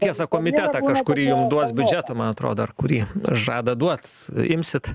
tiesa komitetą kažkurį jum duos biudžeto man atrodo ar kurį žada duot imsit